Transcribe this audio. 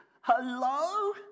Hello